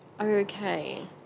Okay